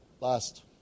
last